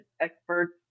experts